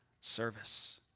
service